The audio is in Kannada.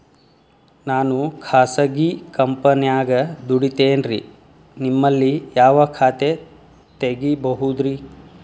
ನಾನು ಖಾಸಗಿ ಕಂಪನ್ಯಾಗ ದುಡಿತೇನ್ರಿ, ನಿಮ್ಮಲ್ಲಿ ಯಾವ ಖಾತೆ ತೆಗಿಬಹುದ್ರಿ?